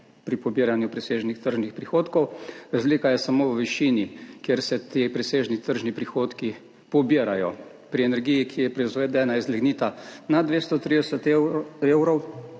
pri pobiranju presežnih tržnih prihodkov, razlika je samo v višini, kjer se ti presežni tržni prihodki pobirajo pri energiji, ki je proizvedena iz lignita na 230 evrov,